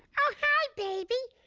oh hi, baby.